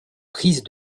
prise